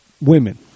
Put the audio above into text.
women